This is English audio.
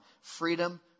freedom